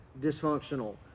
dysfunctional